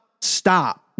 stop